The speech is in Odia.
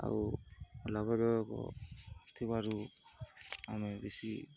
ଆଉ ଲାଭଦାୟକ ଥିବାରୁ ଆମେ ବେଶୀ